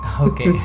Okay